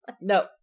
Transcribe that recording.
no